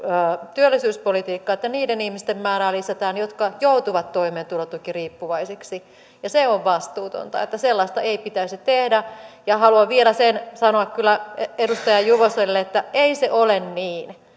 työllisyyspolitiikkaa että niiden ihmisten määrää lisätään jotka joutuvat toimeentulotukiriippuvaisiksi ja se on vastuutonta sellaista ei pitäisi tehdä haluan kyllä vielä sen sanoa edustaja juvoselle että ei se ole niin